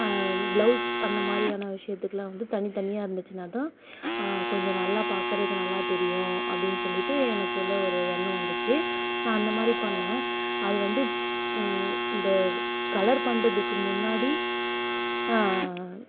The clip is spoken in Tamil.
பிளவுஸ் அந்த மாதிரியான விஷயத்துக்கெலாம் வந்து தனிதனியாக இருந்துச்சினால் தான் கொஞ்சம் நல்லா பார்க்குறதுக்கு நல்லா தெரியும் அப்படீனு சொல்லிட்டு எனக்குள்ளே ஒரு எண்ணம் வந்துச்சு நான் அந்த மாதிரி பண்ணேன் அது வந்து இந்த கலர் பண்ணுறதுக்கு முன்னாடி